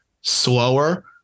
slower